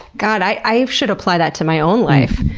god, i i should apply that to my own life.